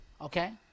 Okay